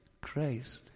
Christ